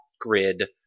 grid